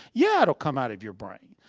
yeah, it will come out of your brain.